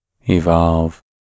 evolve